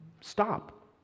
stop